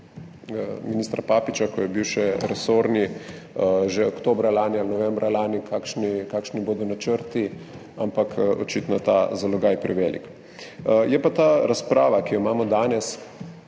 ministra Papiča, ko je bil še resorni, že oktobra lani ali novembra lani, kakšni bodo načrti, ampak očitno je ta zalogaj prevelik. Je pa ta razprava, ki jo imamo danes,